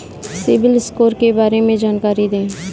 CIBIL score के बारे में जानकारी दें?